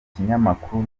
kinyamakuru